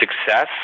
success